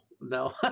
No